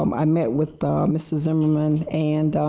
um i met with mr. zimmerman and